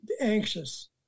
anxious